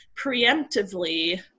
preemptively